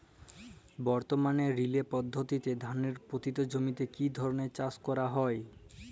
বর্তমানে রিলে পদ্ধতিতে ধানের পতিত জমিতে কী ধরনের চাষ করা হয়?